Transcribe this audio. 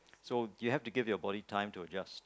so you have to give your body time to adjust